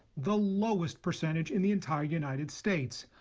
the lowest percentage in the entire united states.